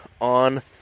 on